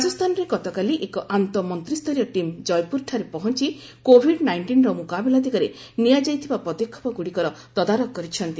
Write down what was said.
ରାଜସ୍ଥାନରେ ଗତକାଲି ଏକ ଆନ୍ତଃ ମନ୍ତ୍ରୀଷ୍ଠରୀୟ ଟିମ୍ ଜୟପୁରଠାରେ ପହଞ୍ଚି କୋଭିଡ ନାଇଞ୍ଜିନ୍ର ମୁକାବିଲା ଦିଗରେ ନିଆଯାଇଥିବା ପଦକ୍ଷେପ ଗ୍ରଡ଼ିକର ତଦାରଖ କରିଛନ୍ତି